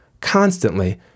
constantly